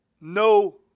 no